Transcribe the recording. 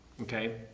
okay